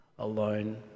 Alone